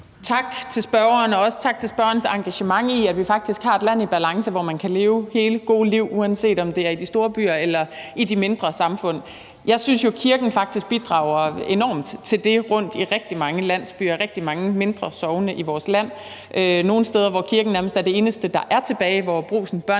Tak til spørgeren og også tak for spørgerens engagement i, at vi faktisk har et land i balance, hvor man kan leve hele gode liv, uanset om det er i de store byer eller i de mindre samfund. Jeg synes jo, at kirken faktisk bidrager enormt til det rundt i rigtig mange landsbyer og rigtig mange mindre sogne i vores land. Der er nogle steder, hvor kirken nærmest er det eneste, der er tilbage, hvor brugsen,